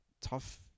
tough